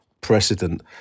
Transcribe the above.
precedent